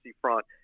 front